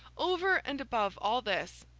over and above all this,